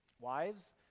Wives